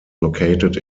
located